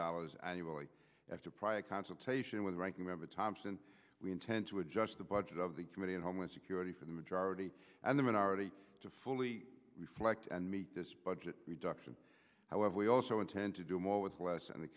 dollars annually after a private consultation with a ranking member thompson we intend to adjust the budget of the committee on homeland security for the majority and the minority to fully reflect and meet this budget reduction however we also intend to do more with less